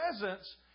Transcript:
presence